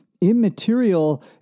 immaterial